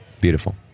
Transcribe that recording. Beautiful